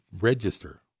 register